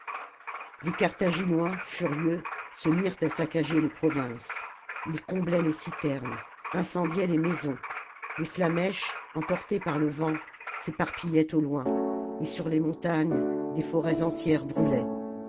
les carthaginois furieux se mirent à saccager les provinces ils comblaient les citernes incendiaient les maisons les flammèches emportées par le vent s'éparpillaient au loin et sur les montagnes des forêts entières brûlaient